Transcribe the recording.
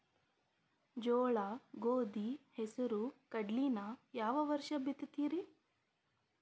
ಜೋಳ, ಗೋಧಿ, ಹೆಸರು, ಕಡ್ಲಿನ ಯಾವ ವರ್ಷ ಬಿತ್ತತಿರಿ?